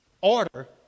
order